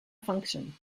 function